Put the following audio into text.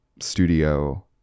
studio